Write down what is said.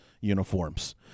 uniforms